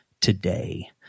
today